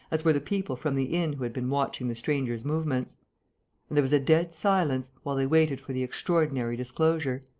as were the people from the inn who had been watching the stranger's movements. and there was a dead silence, while they waited for the extraordinary disclosure.